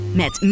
met